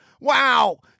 Wow